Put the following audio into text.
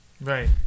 Right